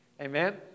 Amen